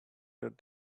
that